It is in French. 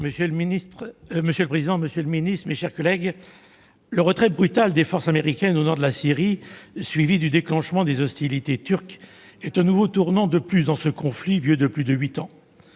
Monsieur le président, monsieur le secrétaire d'État, mes chers collègues, le retrait brutal des forces américaines du nord de la Syrie, suivi du déclenchement des hostilités par la Turquie, est un nouveau tournant dans ce conflit vieux de plus de huit ans.